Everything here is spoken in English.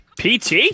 PT